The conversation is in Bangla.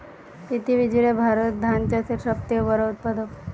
পৃথিবী জুড়ে ভারত ধান চাষের সব থেকে বড় উৎপাদক